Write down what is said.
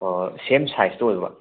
ꯑꯣ ꯁꯦꯝ ꯁꯥꯏꯖꯇꯣ ꯑꯣꯏꯕ